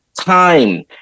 time